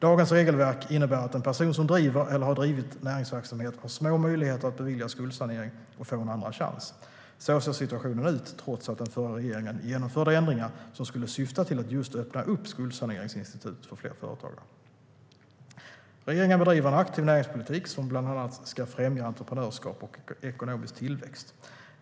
Dagens regelverk innebär att en person som driver eller har drivit näringsverksamhet har små möjligheter att beviljas skuldsanering och få en andra chans. Så ser situationen ut trots att den förra regeringen genomförde ändringar som skulle syfta till att just öppna upp skuldsaneringsinstitutet för fler företagare. Regeringen bedriver en aktiv näringspolitik som bland annat ska främja entreprenörskap och ekonomisk tillväxt.